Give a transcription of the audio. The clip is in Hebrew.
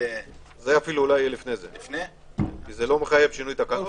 אולי זה יהיה אפילו לפני התוכנית - זה לא מחייב שינוי תקנות,